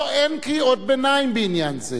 לא, אין קריאות ביניים בעניין הזה.